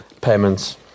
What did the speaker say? payments